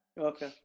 Okay